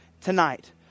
tonight